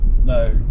No